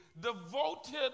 devoted